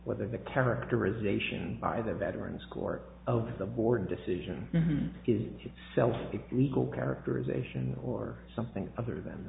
whether the characterization by the veterans court of the board decision is self the legal characterization or something other than